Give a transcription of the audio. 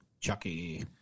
Chucky